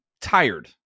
tired